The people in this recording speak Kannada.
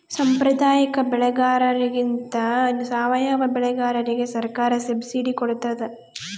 ಸಾಂಪ್ರದಾಯಿಕ ಬೆಳೆಗಾರರಿಗಿಂತ ಸಾವಯವ ಬೆಳೆಗಾರರಿಗೆ ಸರ್ಕಾರ ಸಬ್ಸಿಡಿ ಕೊಡ್ತಡ